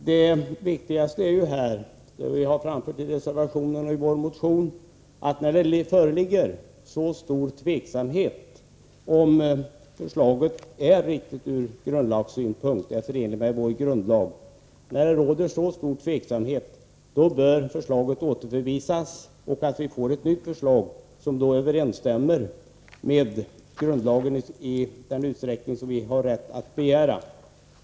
Det viktigaste i sammanhanget är — vilket vi har framfört i reservationen och i vår motion — att när det råder så stor tveksamhet om huruvida förslaget är förenligt med grundlagen, bör förslaget återförvisas, och vi bör få ett nytt förslag som överensstämmer med grundlagen i den utsträckning som vi har rätt att begära.